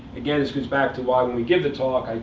again, this goes back to why, when we give the talk,